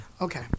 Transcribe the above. Okay